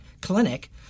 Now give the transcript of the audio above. clinic